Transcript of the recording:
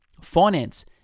Finance